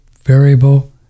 variable